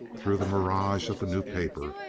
through the mirage of the new paper,